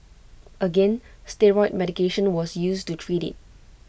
again steroid medication was used to treat IT